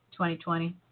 2020